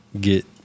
get